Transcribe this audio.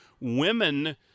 women